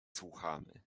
słuchamy